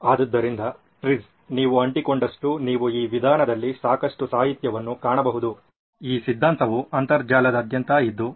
ಆದ್ದರಿಂದ TRIZ ನೀವು ಅಂಟಿಕೊಂಡಷ್ಟ ನೀವು ಈ ವಿಧಾನದಲ್ಲಿ ಸಾಕಷ್ಟು ಸಾಹಿತ್ಯವನ್ನು ಕಾಣಬಹುದು ಈ ಸಿದ್ಧಾಂತವು ಅಂತರ್ಜಾಲದಾದ್ಯಂತ ಇದ್ದು